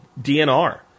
DNR